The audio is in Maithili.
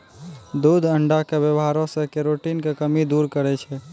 दूध अण्डा के वेवहार से केरोटिन के कमी दूर करै छै